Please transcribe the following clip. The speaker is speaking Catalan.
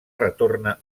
retorna